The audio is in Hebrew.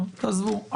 תעזבו.